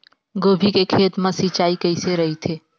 गोभी के खेत मा सिंचाई कइसे रहिथे?